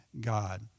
God